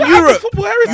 Europe